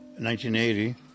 1980